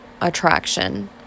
attraction